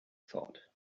thought